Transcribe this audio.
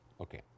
okay